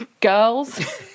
girls